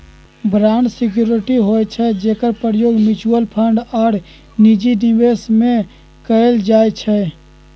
bond security होइ छइ जेकर प्रयोग म्यूच्यूअल फंड आऽ निजी निवेश में कएल जाइ छइ